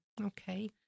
Okay